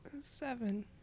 Seven